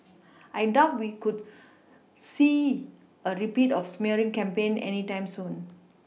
I doubt we could see a repeat of smearing campaign any time soon